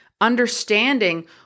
understanding